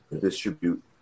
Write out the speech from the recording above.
distribute